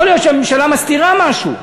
יכול להיות שהממשלה מסתירה משהו.